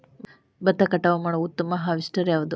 ಭತ್ತ ಕಟಾವು ಮಾಡುವ ಉತ್ತಮ ಹಾರ್ವೇಸ್ಟರ್ ಯಾವುದು?